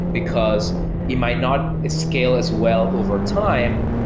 because it might not scale as well overtime,